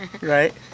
Right